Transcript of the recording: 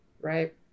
right